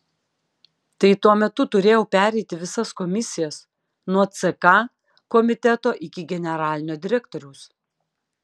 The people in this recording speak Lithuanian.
tai tuo metu turėjau pereiti visas komisijas nuo ck komiteto iki generalinio direktoriaus